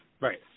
Right